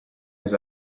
his